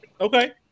Okay